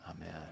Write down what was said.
Amen